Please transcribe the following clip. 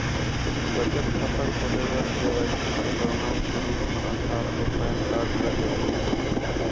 बचत खाता खोले बर के.वाइ.सी के प्रमाण के रूप म आधार अऊ पैन कार्ड ल जरूरी होथे